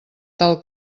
tal